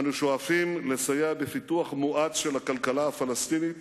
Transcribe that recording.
אנו שואפים לסייע בפיתוח מואץ של הכלכלה הפלסטינית